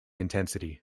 intensity